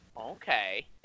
Okay